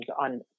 on